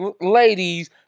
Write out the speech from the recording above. ladies